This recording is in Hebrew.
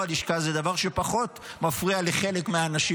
לשכה זה דבר שפחות מפריע לחלק מהאנשים,